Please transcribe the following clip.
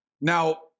Now